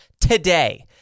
today